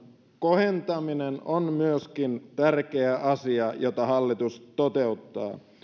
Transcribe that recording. kohentaminen on myöskin tärkeä asia jota hallitus toteuttaa